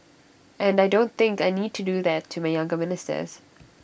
and I don't think I need to do that to my younger ministers